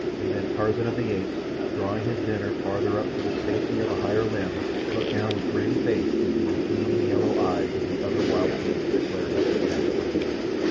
and then tarzan of the apes, drawing his dinner farther up to the safety of a higher limb, looked down with grinning face into the gleaming yellow eyes of the other wild beast that glared up at him from beneath,